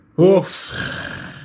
oof